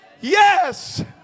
Yes